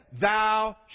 thou